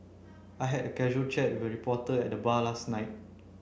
I had a casual chat with a reporter at the bar last night